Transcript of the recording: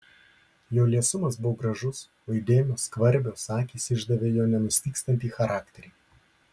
jo liesumas buvo gražus o įdėmios skvarbios akys išdavė jo nenustygstantį charakterį